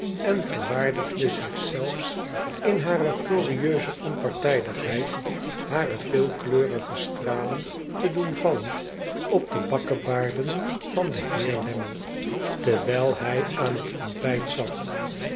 en verwaardigde zich zelfs in hare glorieuze onpartijdigheid hare veelkleurige stralen te doen vallen op de bakkebaarden van den heer lammie terwijl hij aan het ontbijt zat